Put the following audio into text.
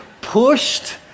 pushed